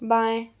बाएँ